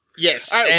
Yes